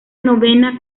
novena